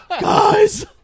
Guys